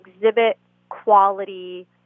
exhibit-quality